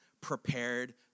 prepared